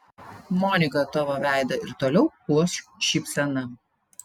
monika tavo veidą ir toliau puoš šypsena